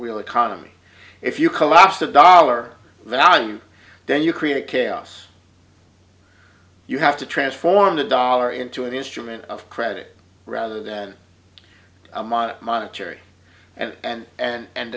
real economy if you collapse the dollar value then you create chaos you have to transform the dollar into an instrument of credit rather than a moderate monetary and and and and